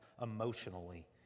emotionally